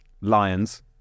lions